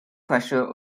pressure